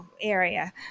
Area